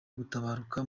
gutabaruka